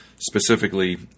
specifically